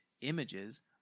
images